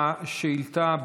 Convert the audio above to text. זה נושא קשה.